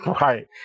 right